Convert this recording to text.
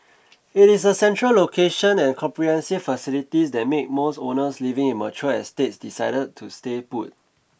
it is the central location and comprehensive facilities that make most owners living in mature estates decide to stay put